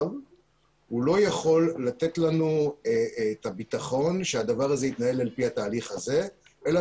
לא יכול לתת לנו את הביטחון שהדבר הזה יתנהל על פי התהליך הזה אלא